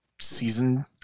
season